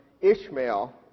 Ishmael